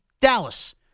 Dallas